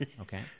okay